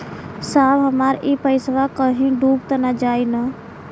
साहब हमार इ पइसवा कहि डूब त ना जाई न?